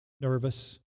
nervous